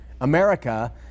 America